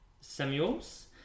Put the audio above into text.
Samuels